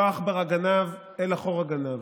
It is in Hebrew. לא עכברא גנב אלא חורא גנב.